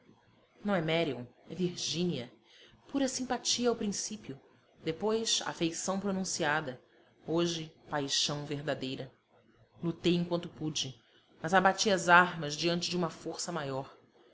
marion é virgínia pura simpatia ao princípio depois afeição pronunciada hoje paixão verdadeira lutei enquanto pude mas abati as armas diante de uma força maior